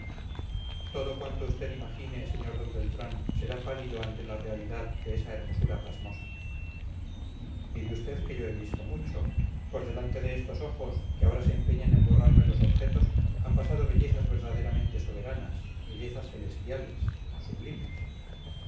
todo cuanto usted imagine sr d beltrán será pálido ante la realidad de esa hermosura pasmosa mire usted que yo he visto mucho por delante de estos ojos que ahora se empeñan en borrarme los objetos han pasado bellezas verdaderamente soberanas bellezas celestiales sublimes